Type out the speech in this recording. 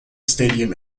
stadium